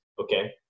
okay